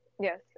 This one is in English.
Yes